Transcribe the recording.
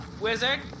Wizard